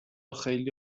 خیلی